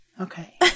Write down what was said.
Okay